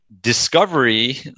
discovery